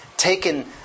taken